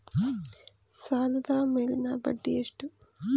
ಸಾಲದ ಮೇಲಿನ ಬಡ್ಡಿ ಎಷ್ಟು?